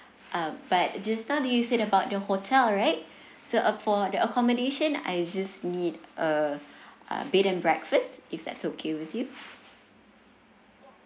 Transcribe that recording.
um but just study you said about the hotel right so uh for the accommodation I just need a uh bed and breakfast if that's okay with you